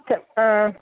അഹ്